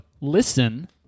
listen